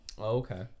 okay